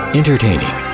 entertaining